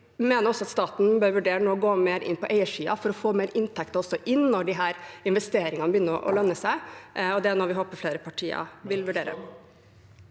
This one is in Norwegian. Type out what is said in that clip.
Vi mener også at staten bør vurdere å gå mer inn på eiersiden for å få høyere inntekter når disse investeringene begynner å lønne seg, og det er noe vi håper flere partier vil vurdere.